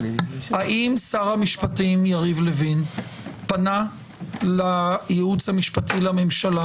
האם שר המשפטים יריב לוין פנה לייעוץ המשפטי לממשלה